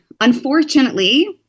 unfortunately –